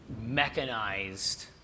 mechanized